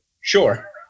sure